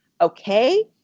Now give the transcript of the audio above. okay